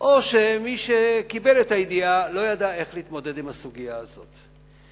או שמי שקיבל את הידיעה לא ידע איך להתמודד עם הסוגיה הזאת.